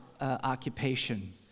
occupation